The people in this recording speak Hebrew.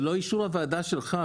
זה לא אישור הוועדה שלך,